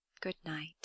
good-night